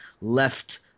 left